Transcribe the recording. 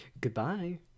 Goodbye